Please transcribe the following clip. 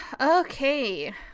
Okay